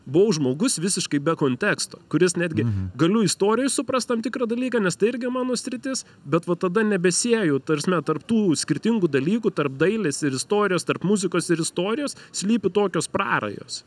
buvau žmogus visiškai be konteksto kuris netgi galiu istorijoj suprast tam tikrą dalyką nes tai irgi mano sritis bet va tada nebesieju ta prasme tarp tų skirtingų dalykų tarp dailės ir istorijos tarp muzikos ir istorijos slypi tokios prarajos